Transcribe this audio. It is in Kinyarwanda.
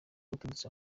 uturutse